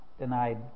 denied